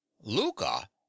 Luca